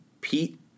Pete